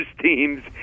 teams